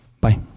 bye